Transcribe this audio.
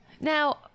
Now